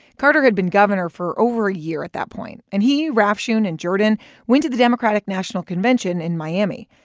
carter had been governor for over a year at that point, and he, rafshoon and jordan went to the democratic national convention in miami.